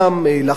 להכפיש את שמו,